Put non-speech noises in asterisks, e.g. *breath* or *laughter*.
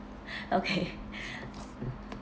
*breath* okay *breath*